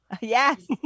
Yes